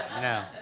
No